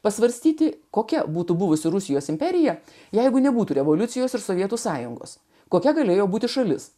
pasvarstyti kokia būtų buvusi rusijos imperija jeigu nebūtų revoliucijos ir sovietų sąjungos kokia galėjo būti šalis